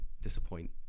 disappoint